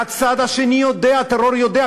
והצד השני יודע, הטרור יודע.